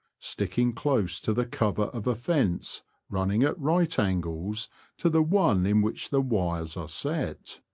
sticking close to the cover of a fence running at right angles to the one in which the wires are set.